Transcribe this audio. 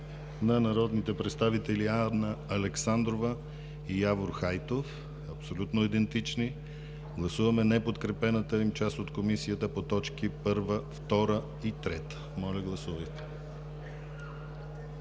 на народните представители Анна Александрова и Явор Хайтов – абсолютно идентични. Гласуваме неподкрепената им част от Комисията по т. 1, 2 и 3. Моля, гласувайте.